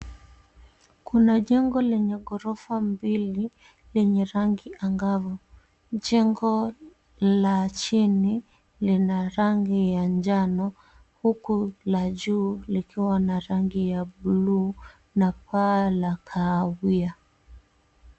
Kuna jengo lenye ghorofa mbili lenye rangi angavu. Jengo la chini lina rangi ya njano huku la juu likiwa na rangi ya bluu na paa la kahawia.